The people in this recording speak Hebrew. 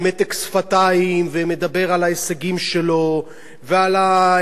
ההישגים שלו ועל השליטה שלו במערכת החינוך,